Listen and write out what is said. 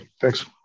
Thanks